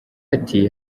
ati